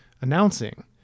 announcing